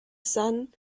sun